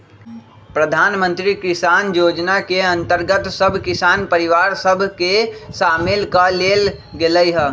प्रधानमंत्री किसान जोजना के अंतर्गत सभ किसान परिवार सभ के सामिल क् लेल गेलइ ह